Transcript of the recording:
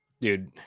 Dude